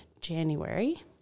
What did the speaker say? January